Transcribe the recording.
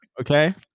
okay